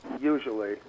usually